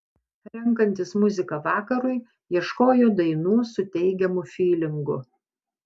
renkantis muziką vakarui ieškojo dainų su teigiamu fylingu